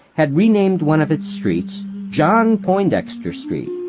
had renamed one of its streets john poindexter street.